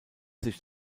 sich